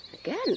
Again